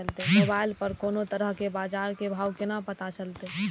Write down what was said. Mobile पर कोनो तरह के बाजार के भाव केना पता चलते?